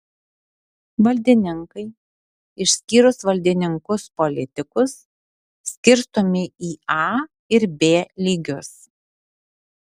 valdininkai išskyrus valdininkus politikus skirstomi į a ir b lygius